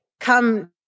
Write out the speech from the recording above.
Come